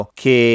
che